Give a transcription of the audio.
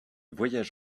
voyage